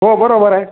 हो बरोबर आहे